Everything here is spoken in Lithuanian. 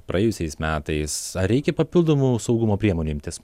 praėjusiais metais ar reikia papildomų saugumo priemonių imtis